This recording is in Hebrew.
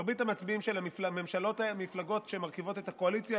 מרבית המצביעים של המפלגות שמרכיבות את הקואליציה,